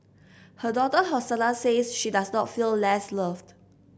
her daughter Hosanna says she does not feel less loved